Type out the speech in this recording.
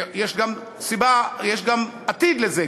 יש גם עתיד לזה,